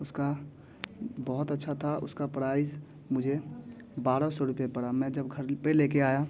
उसका बहुत अच्छा था उसका प्राइज़ मुझे बारह सौ रुपये पड़ा मैं जब घर पर ले कर आया